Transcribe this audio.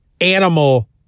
animal